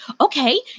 Okay